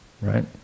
Right